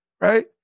right